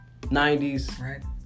90s